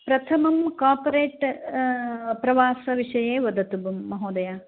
प्रथमं कार्परेट् प्रवासविषये वदतु महोदय